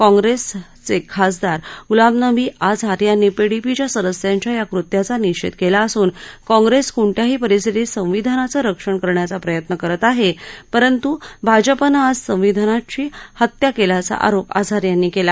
काँग्रस्प्रेख्रिसदार गुलाम नबी आझाद यांनी पीडीपीच्या सदस्यांच्या या कृत्याचा निषद्धकला असून काँग्रस्तकोणत्याही परिस्थितीत संविधानाचं रक्षण करण्याचा प्रयत्न करत आहा प्ररंतु भाजपनं आज संविधानाची हत्या कल्याचा आरोप आझाद यांनी कल्ला